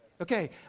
Okay